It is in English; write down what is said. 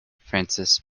frances